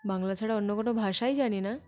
বাংলা ছাড়া অন্য কোনো ভাষাই জানি না